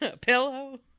pillow